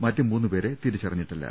മറ്റ് മൂന്നുപേരെ തിരിച്ചറിഞ്ഞിട്ടില്ല